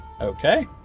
Okay